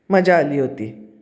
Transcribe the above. मजा आली होती